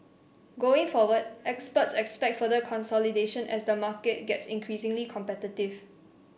going forward experts expect further consolidation as the market gets increasingly competitive